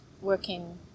working